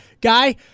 Guy